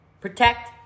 Protect